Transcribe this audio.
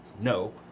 No